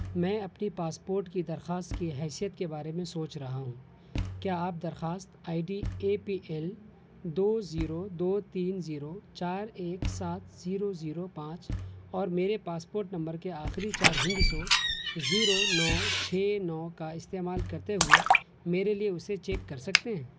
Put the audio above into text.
میں اپنی پاسپورٹ کی درخواست کی حیثیت کے بارے میں سوچ رہا ہوں کیا آپ درخواست I D A P L دو زیرو دو تین زیرو چار ایک سات زیرو زیرو پانچ اور میرے پاسپورٹ نمبر کے آخری چار ہندسوں زیرو نو چھ نو کا استعمال کرتے ہوئے میرے لیے اسے چیک کر سکتے ہیں